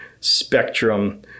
spectrum